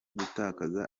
gutakaza